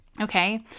Okay